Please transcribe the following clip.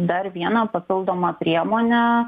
dar vieną papildomą priemonę